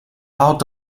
out